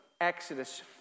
Exodus